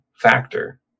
factor